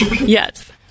Yes